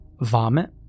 Vomit